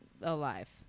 alive